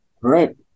right